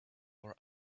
for